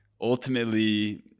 ultimately